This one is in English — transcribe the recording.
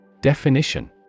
Definition